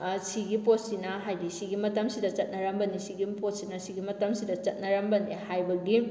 ꯁꯤꯒꯤ ꯄꯣꯠꯁꯤꯅ ꯍꯥꯏꯗꯤ ꯁꯤꯒꯤ ꯃꯇꯝꯁꯤꯗ ꯆꯠꯅꯔꯝꯕꯅꯤ ꯁꯤꯒꯤ ꯄꯣꯠꯁꯤꯅ ꯁꯤꯒꯤ ꯃꯇꯝꯁꯤꯗ ꯆꯠꯅꯔꯝꯕꯅꯤ ꯍꯥꯏꯕꯒꯤ